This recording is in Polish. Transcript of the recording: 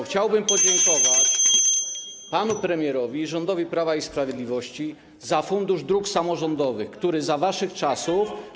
Chciałbym podziękować panu premierowi i rządowi Prawa i Sprawiedliwości za Fundusz Dróg Samorządowych, który za waszych czasów... Schetynówki.